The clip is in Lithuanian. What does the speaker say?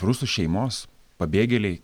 rusų šeimos pabėgėliai